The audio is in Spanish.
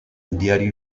diario